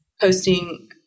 posting